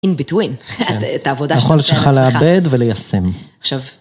In a between, את העבודה שאתה עושה בעצמך. היכולת שלך לעבד וליישם.